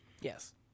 Yes